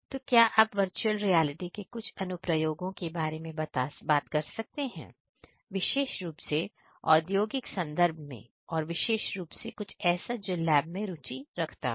तो क्या आप वर्चुअल रियलिटी के कुछ अनुप्रयोगों के बारे में बात कर सकते हैं विशेष रूप से औद्योगिक संदर्भ में और विशेष रूप से कुछ ऐसा जो लैब में रुचि रखता है